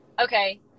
okay